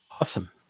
Awesome